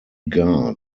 guard